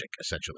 essentially